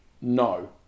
No